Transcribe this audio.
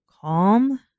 calm